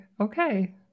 okay